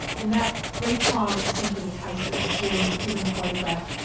in that re-trial it was simply the case that the jurors were given the photograph,